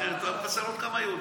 אחרת הוא היה מחסל עוד כמה יהודים.